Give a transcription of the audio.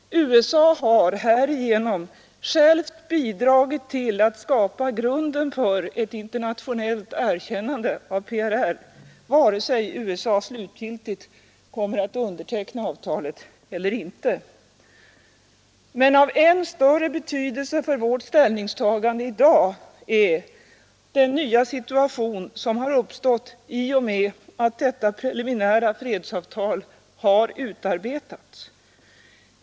USA har härigenom självt bidragit till att skapa grunden för ett internationellt erkännande av PRR, vare sig USA slutgiltigt kommer att underteckna avtalet eller inte. Av än större betydelse för vårt ställningstagande i dag är emellertid den nya situation som uppstått i och med att detta preliminära fredsavtal har utarbetats.